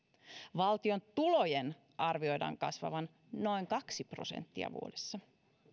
valtion tulojen arvioidaan kasvavan noin kaksi prosenttia vuodessa